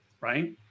right